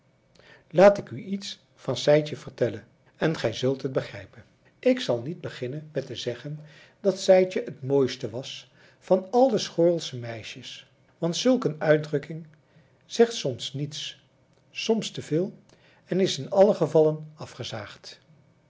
laat ik u iets van sijtje vertellen en gij zult het begrijpen ik zal niet beginnen met te zeggen dat sijtje het mooiste was van al de schoorlsche meisjes want zulk een uitdrukking zegt soms niets soms te veel en is in alle gevallen afgezaagd